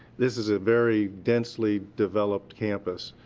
this is a very densely developed campus,